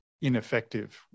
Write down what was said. ineffective